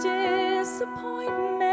disappointment